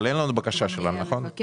אבל אין לנו בקשה שלה, נכון?